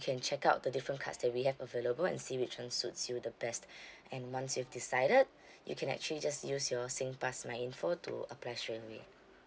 can check out the different cards that we have available and see which one suits you the best and once you've decided you can actually just use your singpass my info to apply straightaway